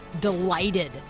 delighted